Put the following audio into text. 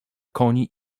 koni